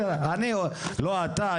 לא אתה.